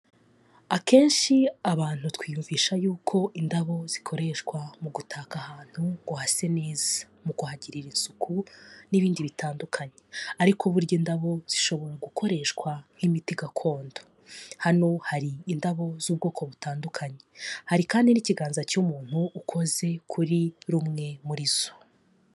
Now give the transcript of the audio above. Akenshi abantu twiyumvisha yuko indabo zikoreshwa mu gutaka ahantu ngo hase neza, mu kuhagirira isuku n'ibindi bitandukanye, ariko burya indabo zishobora gukoreshwa nk'imiti gakondo, hano hari indabo z'ubwoko butandukanye, hari kandi n'ikiganza cy'umuntu ukoze kuri rumwe muri zo.